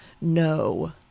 No